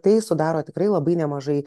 tai sudaro tikrai labai nemažai